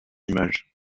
image